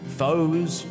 foes